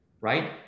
Right